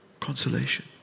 Consolation